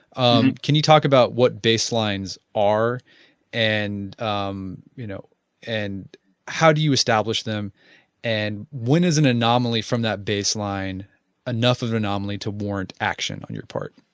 um can you talk about what baselines are and um you know and how do you establish them and when is an anomaly from that baseline enough of anomaly to warrant action on your part?